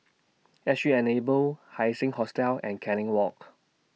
S G Enable Haising Hostel and Canning Walk